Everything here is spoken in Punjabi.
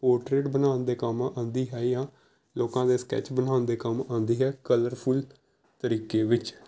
ਪੋਟਰੇਟ ਬਣਾਉਣ ਦੇ ਕੰਮ ਆਉਂਦੀ ਆਈਆਂ ਲੋਕਾਂ ਦੇ ਸਕੈਚ ਬਣਾਉਣ ਦੇ ਕੰਮ ਆਉਂਦੀ ਹੈ ਕਲਰਫੁਲ ਤਰੀਕੇ ਵਿੱਚ